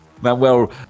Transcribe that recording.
Manuel